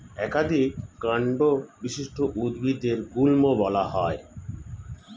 একাধিক কান্ড বিশিষ্ট উদ্ভিদদের গুল্ম বলা হয়